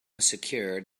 secured